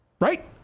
Right